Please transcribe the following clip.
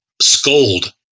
scold